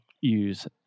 use